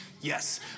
Yes